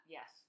Yes